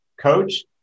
coach